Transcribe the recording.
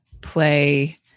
play